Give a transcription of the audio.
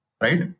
right